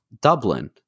Dublin